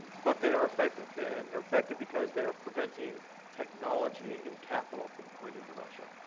but they are effective. and they're effective because they're preventing technology and capital from going into russia.